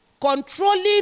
controlling